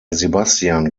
sebastian